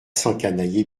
s’encanailler